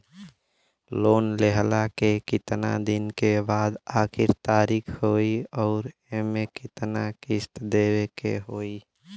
Loan लेहला के कितना दिन के बाद आखिर तारीख होई अउर एमे कितना किस्त देवे के होई?